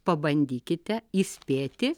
pabandykite įspėti